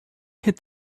had